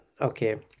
Okay